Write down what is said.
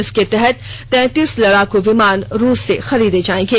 इसके तहत तैंतीस लड़ाकू विमान रूस से खरीदे जायेंगे